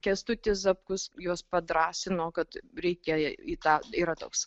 kęstutis zapkus juos padrąsino kad reikia į tą yra toks